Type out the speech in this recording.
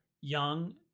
young